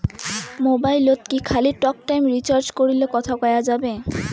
মোবাইলত কি খালি টকটাইম রিচার্জ করিলে কথা কয়া যাবে?